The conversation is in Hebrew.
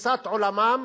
בתפיסת עולמם